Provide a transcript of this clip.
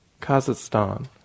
Kazakhstan